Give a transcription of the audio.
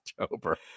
October